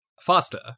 faster